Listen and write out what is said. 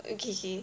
okay okay